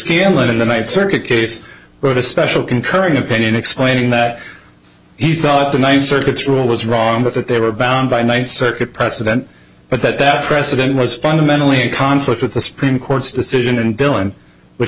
scanlan in the ninth circuit case where the special concurring opinion explaining that he thought the ninth circuit's rule was wrong but that they were bound by ninth circuit president but that that precedent was fundamentally a conflict with the supreme court's decision and bill and which